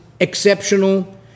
exceptional